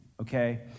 okay